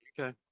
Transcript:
Okay